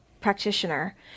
practitioner